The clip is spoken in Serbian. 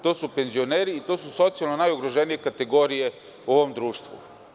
To su penzionere i to su socijalno najugroženije kategorije u ovom društvu.